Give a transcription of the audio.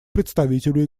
представителю